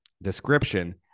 description